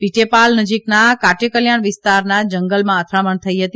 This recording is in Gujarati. પીટેપાલ નજીકના કાટેકલ્યાણ વિસ્તારમના જંગલમાં અથડામણ થઇ હતી